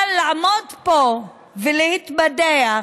אבל לעמוד פה ולהתבדח